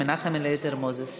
מנחם אליעזר מוזס.